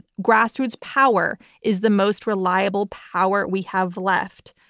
grassroots power is the most reliable power we have left.